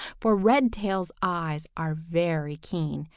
for redtail's eyes are very keen,